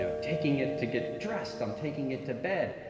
so taking it to get dressed i'm taking it to bed!